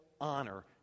honor